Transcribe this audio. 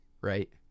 right